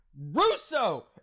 russo